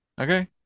Okay